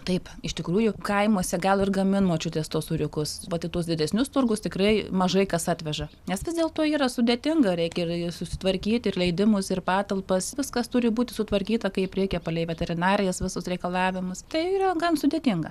taip iš tikrųjų kaimuose gal ir gamin močiutės tuos sūriukus vat į tuos didesnius turgus tikrai mažai kas atveža nes vis dėlto yra sudėtinga reikia ir susitvarkyt ir leidimus ir patalpas viskas turi būti sutvarkyta kaip reikia palei veterinarijos visus reikalavimus tai yra gan sudėtinga